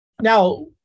Now